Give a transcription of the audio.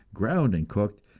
ground and cooked,